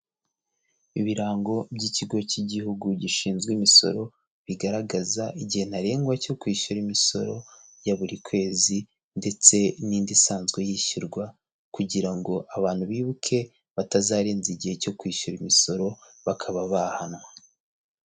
Ibirango by'ikigo cy'igihugu gishinzwe imisoro, bigaragaza igihe ntarengwa cyo kwishyura imisoro ya buri kwezi ndetse n'indi isanzwe yishyurwa, kugira ngo abantu bibuke batazarenza igihe cyo kwishyura imisoro bakaba bahanwa.